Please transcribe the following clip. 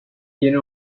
tiene